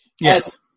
Yes